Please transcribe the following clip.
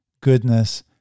goodness